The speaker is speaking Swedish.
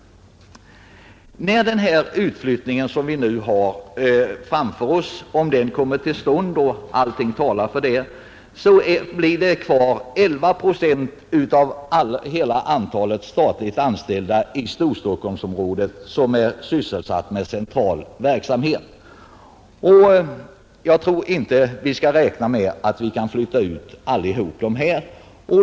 Om den föreslagna utflyttningen kommer till stånd — och allting talar för det — blir 11 procent kvar i Storstockholmsområdet av hela antalet statligt anställda som är sysselsatta med central verksamhet. Jag tror inte att vi bör räkna med att kunna flytta ut alla dessa.